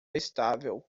estável